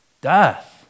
death